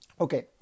Okay